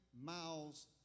miles